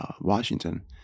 Washington